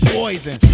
poison